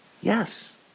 Yes